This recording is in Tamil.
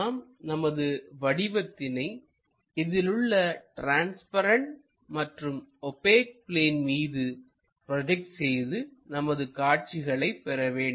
நாம் நமது வடிவத்தினை இதிலுள்ள ட்ரான்ஸ்பரண்ட் மற்றும் ஓபெக் பிளேன் மீது ப்ரோஜெக்ட் செய்து நமது காட்சிகளை பெற வேண்டும்